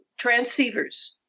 transceivers